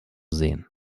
sehen